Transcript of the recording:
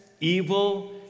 evil